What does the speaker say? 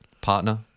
Partner